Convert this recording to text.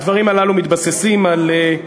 הדברים הללו מתבססים על,